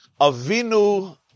Avinu